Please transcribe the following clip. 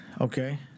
okay